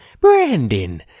Brandon